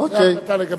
אוקיי.